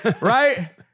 Right